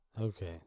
Okay